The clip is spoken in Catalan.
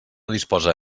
disposa